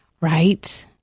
Right